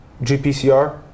GPCR